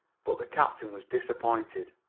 but the captain was disappointed.